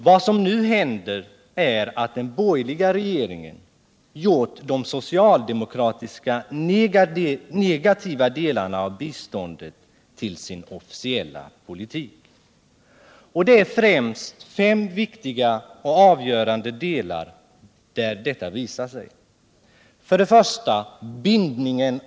Vad som nu händer är att den borgerliga regeringen gjort de socialdemokratiska negativa delarna av biståndet till sin officiella politik. Det är främst i fråga om fem viktiga och avgörande delar som detta visar sig: 2.